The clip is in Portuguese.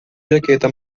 jaqueta